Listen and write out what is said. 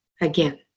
again